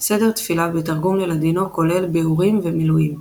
סדר תפילה בתרגום ללאדינו, כולל ביאורים ומילואים